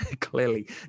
clearly